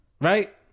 right